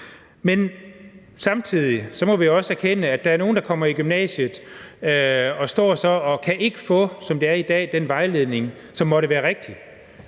Men samtidig må vi også erkende, at der er nogle, der kommer i gymnasiet og så står, sådan som det er i dag, og ikke kan få den vejledning, som måtte være rigtig